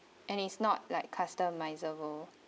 and it's not like customizable